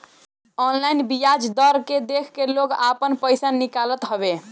online बियाज दर के देख के लोग आपन पईसा निकालत हवे